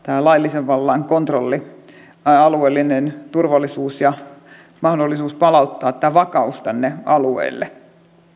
laillisen vallan kontrolli alueellinen turvallisuus ja mahdollisuus palauttaa vakaus sinne alueelle